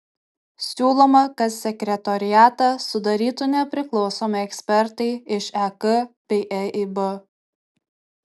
siūloma kad sekretoriatą sudarytų nepriklausomi ekspertai iš ek bei eib